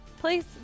Please